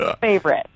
favorite